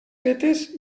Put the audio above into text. fetes